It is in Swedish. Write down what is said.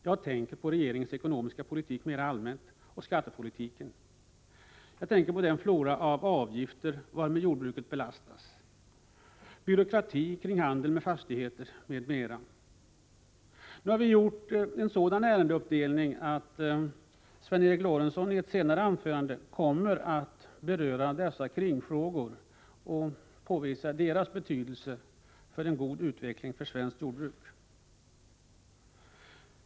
Jag tänker på regeringens allmänna ekonomiska politik och på skattepolitiken, den flora av avgifter varmed jordbruket belastas, byråkratin kring handeln med fastigheter m.m. Vi har gjort en ämnesuppdelning innebärande att Sven Eric Lorentzon i ett senare anförande kommer att belysa dessa angränsande frågors betydelse för en god utveckling av svenskt jordbruk.